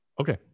Okay